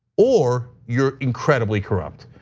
or you're incredibly corrupt.